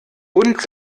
und